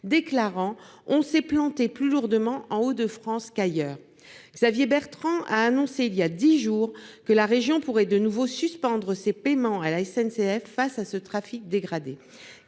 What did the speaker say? déclarant :« On s'est plantés plus lourdement en Hauts-de-France qu'ailleurs. » Xavier Bertrand a annoncé il y a dix jours que la région pourrait de nouveau suspendre ses paiements à la SNCF face à ce trafic dégradé.